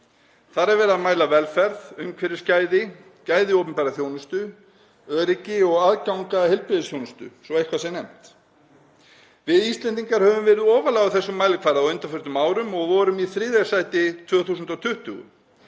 Þar er verið að mæla velferð, umhverfisgæði, gæði opinberrar þjónustu, öryggi og aðgang að heilbrigðisþjónustu, svo eitthvað sé nefnt. Við Íslendingar höfum verið ofarlega á þessum mælikvarða á undanförnum árum og vorum í þriðja sæti árið